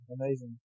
Amazing